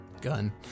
gun